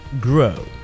grow